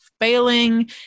failing